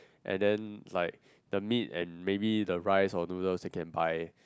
and then like the meat and maybe the rice or noodles they can buy